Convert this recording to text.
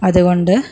അതുകൊണ്ട്